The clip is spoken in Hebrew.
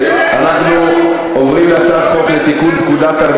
אני קובע כי הצעת חוק העונשין (תיקון מס'